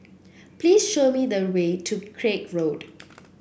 please show me the way to Craig Road